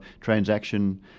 transaction